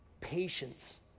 patience